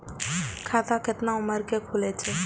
खाता केतना उम्र के खुले छै?